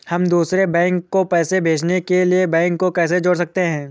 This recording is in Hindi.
हम दूसरे बैंक को पैसे भेजने के लिए बैंक को कैसे जोड़ सकते हैं?